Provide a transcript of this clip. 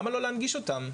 למה לא להנגיש אותם?